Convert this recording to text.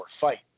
fight